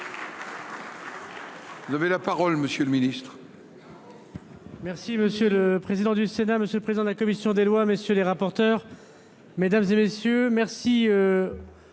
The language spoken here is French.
Vous avez la parole monsieur le ministre.